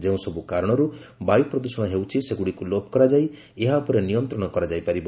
ଯେଉଁସବୁ କାରଣରୁ ବାୟୁପ୍ରଦୃଷଣ ହେଉଛି ସେଗୁଡ଼ିକୁ ଲୋପ କରାଯାଇ ଏହା ଉପରେ ନିୟନ୍ତ୍ରଣ କରାଯାଇ ପାରିବ